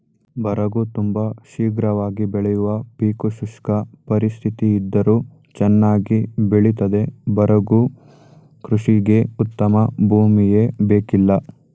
ಬರಗು ತುಂಬ ಶೀಘ್ರವಾಗಿ ಬೆಳೆಯುವ ಪೀಕು ಶುಷ್ಕ ಪರಿಸ್ಥಿತಿಯಿದ್ದರೂ ಚನ್ನಾಗಿ ಬೆಳಿತದೆ ಬರಗು ಕೃಷಿಗೆ ಉತ್ತಮ ಭೂಮಿಯೇ ಬೇಕಿಲ್ಲ